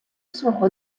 свого